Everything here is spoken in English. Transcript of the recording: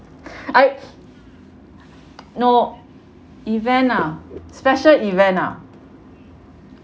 I no event ah special event ah